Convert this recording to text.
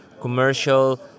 commercial